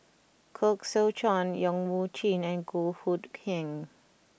Koh Seow Chuan Yong Mun Chee and Goh Hood Keng